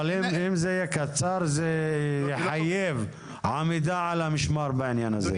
אבל אם זה קצר זה יחייב עמידה על המשמר בעניין הזה.